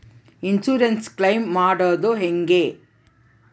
Insurance claim ಮಾಡದು ಹೆಂಗೆ?